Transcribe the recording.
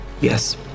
Yes